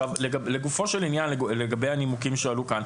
לגופו של עניין, לגבי הנימוקים שהועלו כאן.